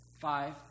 Five